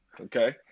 Okay